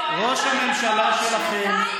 ראש הממשלה שלכם,